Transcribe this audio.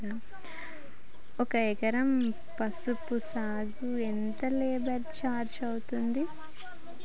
ఒక ఎకరం పసుపు సాగుకు ఎంత లేబర్ ఛార్జ్ అయితది?